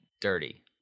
dirty